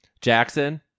jackson